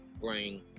bring